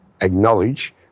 acknowledge